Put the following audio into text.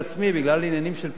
בגלל עניינים של פיקוח נפש,